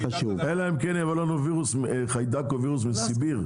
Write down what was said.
אלא אם כן יבוא חיידק או וירוס מסיביר,